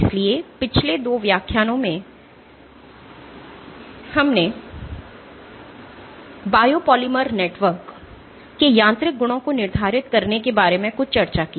इसलिए पिछले 2 व्याख्यानों में हमने बायोपॉलिमर नेटवर्क के यांत्रिक गुणों को निर्धारित करने के बारे में कुछ चर्चा की